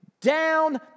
down